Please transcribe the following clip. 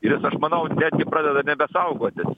ir jis aš manau netgi pradeda nebesaugotis